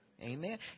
amen